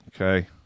Okay